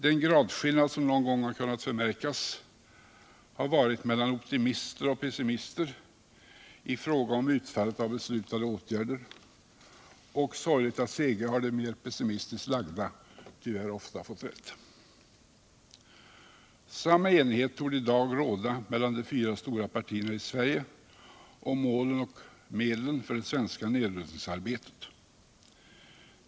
Den gradskillnad som någon gång har kunnat förmärkas har förelegat mellan optimister och pessimister i fråga om utfallet av beslutade åtgärder, och sorgligt att säga har de mer pessimistiskt lagda ofta fått rätt. Samma enighet torde i dag råda mellan de fyra stora partierna i Sverige om målen och medlen för det svenska nedrustningsarbetet.